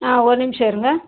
ஆ ஒரு நிமிஷம் இருங்க